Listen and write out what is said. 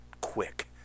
quick